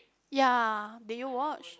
ya did you watch